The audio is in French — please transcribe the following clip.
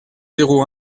zéro